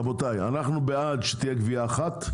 רבותיי, אנחנו בעד שתהיה גבייה אחת,